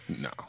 no